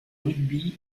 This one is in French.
rugby